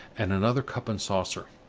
and another cup and saucer.